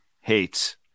hates